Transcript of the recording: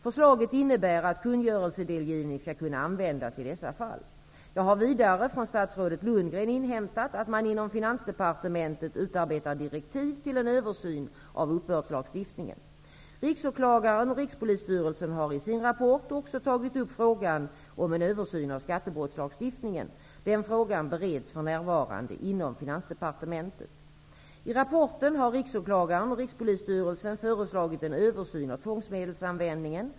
Förslaget innebär att kungörelsedelgivning skall kunna användas i dessa fall. Jag har vidare från statsrådet Lundgren inhämtat att man inom Finansdepartementet utarbetar direktiv till en översyn av uppbördslagstiftningen. Riksåklagaren och Rikspolisstyrelsen har i sin rapport också tagit upp frågan om en översyn av skattebrottslagstiftningen. Den frågan bereds för närvarande inom Finansdepartementet. I rapporten har riksåklagaren och Rikspolisstyrelsen föreslagit en översyn av tvångsmedelsanvändningen.